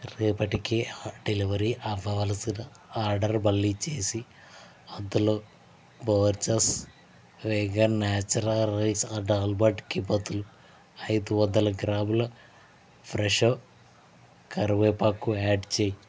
రేపటికి డెలివరీ అవ్వవల్సిన ఆర్డర్ మళ్ళీ చేసి అందులో Borges vegan natura rice and almond కి బదులు ఐదు వందలు గ్రాముల ఫ్రెషో కరివేపాకు యాడ్ చేయి